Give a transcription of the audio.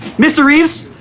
mr. reeves